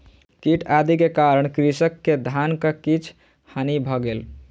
कीट आदि के कारण कृषक के धानक किछ हानि भ गेल